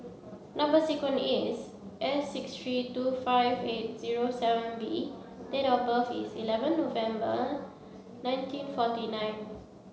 number sequence is S six three two five eight zero seven B and date of birth is eleven November nineteen forty nine